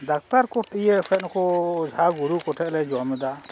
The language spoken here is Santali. ᱰᱟᱠᱛᱟᱨ ᱠᱚ ᱤᱭᱟᱹ ᱵᱟᱠᱷᱟᱡ ᱱᱩᱠᱩ ᱚᱡᱷᱟ ᱜᱩᱨᱩ ᱠᱚᱴᱷᱮᱡ ᱞᱮ ᱡᱚᱢᱮᱫᱟ